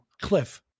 cliff